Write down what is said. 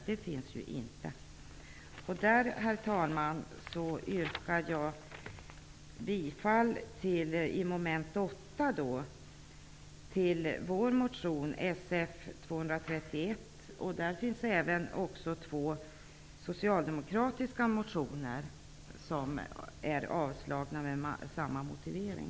Därmed, herr talman, yrkar jag i mom. 8 bifall till vår motion Sf231. Under detta moment finns också två socialdemokratiska motioner som föreslås bli avslagna med samma motivering.